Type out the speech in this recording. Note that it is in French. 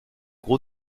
gros